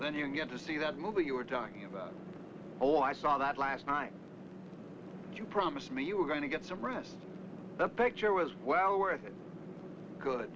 then you get to see that movie you were talking about oh i saw that last night you promised me you were going to get some rest the picture was well